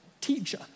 teacher